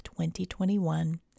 2021